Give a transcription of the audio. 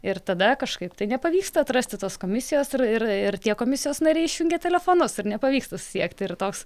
ir tada kažkaip tai nepavyksta atrasti tos komisijos ir ir tie komisijos nariai išjungia telefonus ir nepavyksta susisiekti ir toks